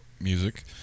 music